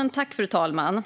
Herr talman!